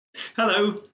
Hello